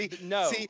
no